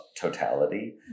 totality